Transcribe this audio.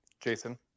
Jason